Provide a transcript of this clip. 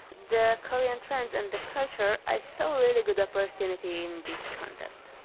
the korean trends and the culture, i saw really good opportunity in this contest.